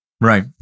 Right